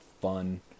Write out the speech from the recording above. fun